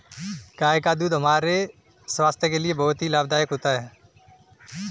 गाय का दूध हमारे स्वास्थ्य के लिए बहुत ही लाभदायक होता है